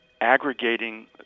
aggregating